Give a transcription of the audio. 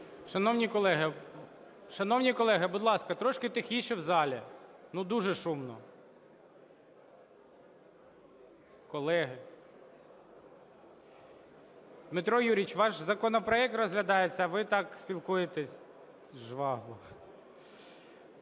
Шановні колеги, будь ласка, трошки тихіше в залі. Ну, дуже шумно! Колеги… Дмитро Юрійович, ваш законопроект розглядається, а ви так спілкуєтесь жваво!